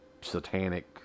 satanic